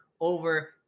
Over